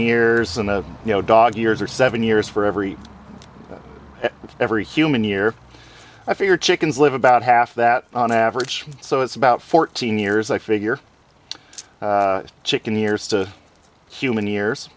years in the you know dog years or seven years for every every human year i figure chickens live about half that on average so it's about fourteen years i figure chicken years to human years